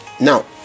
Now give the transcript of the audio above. Now